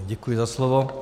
Děkuji za slovo.